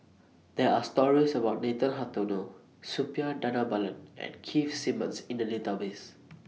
There Are stories about Nathan Hartono Suppiah Dhanabalan and Keith Simmons in The Database